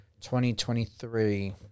2023